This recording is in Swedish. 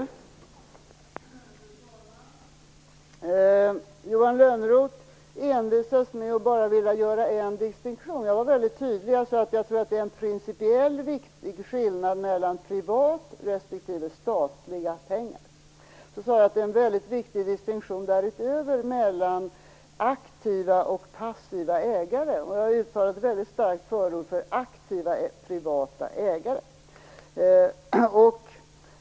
Fru talman! Johan Lönnroth envisas med att bara vilja göra en distinktion. Jag var väldigt tydlig. Jag sade att jag tror att det är en principiellt viktig skillnad mellan privata respektive statliga pengar. Jag sade också att det därutöver är en mycket viktig distinktion mellan aktiva och passiva ägare. Jag har uttalat ett väldigt starkt förord för aktiva privata ägare.